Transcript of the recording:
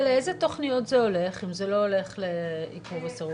לאיזה תכניות זה הולך אם זה לא הולך לעיקור וסירוס?